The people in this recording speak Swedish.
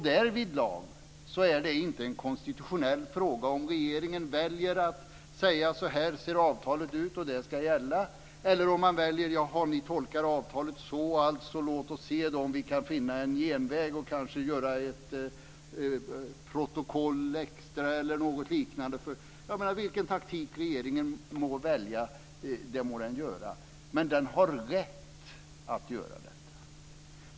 Därvidlag är det inte en konstitutionell fråga om regeringen väljer att säga: Så här ser avtalet ut, och det ska gälla, eller om man väljer att säga: Jaha, ni tolkar avtalet så. Låt oss då se om vi kan finna en genväg och kanske göra något protokoll extra eller något liknande. Vilken taktik regeringen än väljer så må den göra det. Den har rätt att göra det!